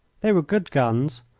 they were good guns,